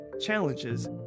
challenges